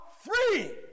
free